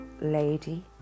lady